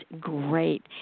great